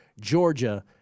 Georgia